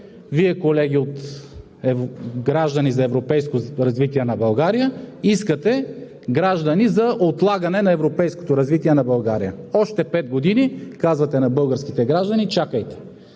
Вие, колеги от „Граждани за европейско развитие на България“, искате да сте „Граждани за отлагане на европейското развитие на България“. Още пет години, казвате на българските граждани, чакайте.